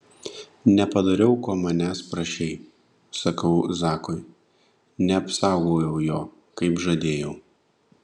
nepadariau ko manęs prašei sakau zakui neapsaugojau jo kaip žadėjau